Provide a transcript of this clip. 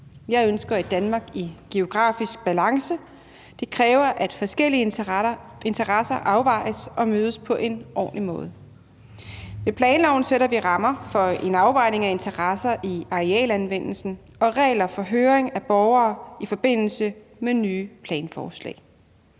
Jeg ønsker et Danmark i geografisk balance. Det kræver, at forskellige interesser afvejes og mødes på en ordentlig måde. Med planloven sætter vi rammer for en afvejning af interesser i arealanvendelsen og regler for høring af borgere i forbindelse med nye planforslag.